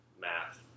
Math